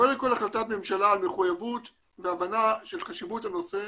קודם כל החלטת ממשלה על מחויבות והבנה של חשיבות הנושא